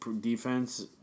defense